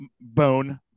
bone